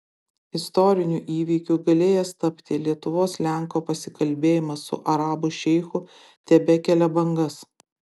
istoriniu įvykiu galėjęs tapti lietuvos lenko pasikalbėjimas su arabų šeichu tebekelia bangas